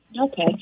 Okay